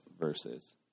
verses